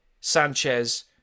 Sanchez